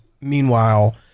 Meanwhile